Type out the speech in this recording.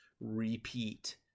repeat